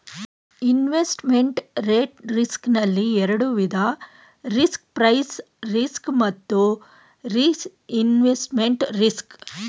investment rate risk ನಲ್ಲಿ ಎರಡು ವಿಧ ರಿಸ್ಕ್ ಪ್ರೈಸ್ ರಿಸ್ಕ್ ಮತ್ತು ರಿಇನ್ವೆಸ್ಟ್ಮೆಂಟ್ ರಿಸ್ಕ್